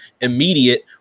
immediate